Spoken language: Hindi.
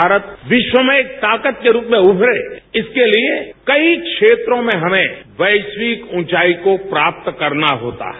भारत विश्व में ताकत के रूप में उभरे इसके लिए कई क्षेत्रों में हमें वैश्विक उंचाई को प्राप्त करना होता है